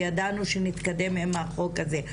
וידענו שנתקדם עם החוק הזה.